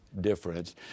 difference